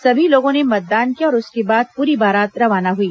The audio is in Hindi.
सभी लोगों ने मतदान किया और उसके बाद पूरी बारात रवाना हुई